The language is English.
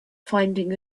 finding